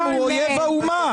הוא אויב האומה.